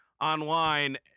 online